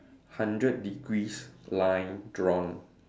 hundred degrees line drawn